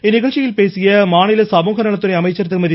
இந்நிகழ்ச்சியில் பேசிய மாநில சமூகநலத்துறை அமைச்சர் திருமதி